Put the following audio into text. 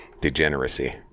degeneracy